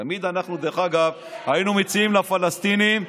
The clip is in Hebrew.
תמיד אנחנו היינו מציעים לפלסטינים,